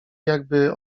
jakby